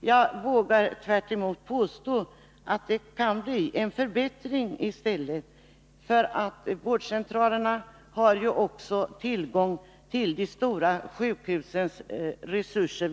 Jag vågar tvärtom påstå att det rent av kan bli en förbättring. Vårdcentralerna har ju vid behov tillgång till de stora sjukhusens resurser.